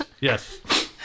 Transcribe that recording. Yes